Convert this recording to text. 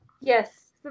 Yes